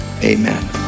Amen